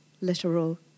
literal